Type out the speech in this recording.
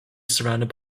surrounded